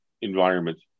environment